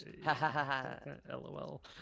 LOL